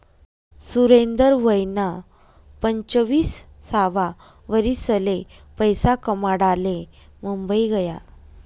सुरेंदर वयना पंचवीससावा वरीसले पैसा कमाडाले मुंबई गया